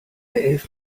elf